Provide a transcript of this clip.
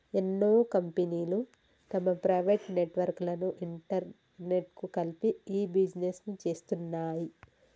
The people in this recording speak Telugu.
ఎన్నో కంపెనీలు తమ ప్రైవేట్ నెట్వర్క్ లను ఇంటర్నెట్కు కలిపి ఇ బిజినెస్ను చేస్తున్నాయి